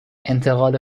انتقال